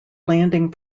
landing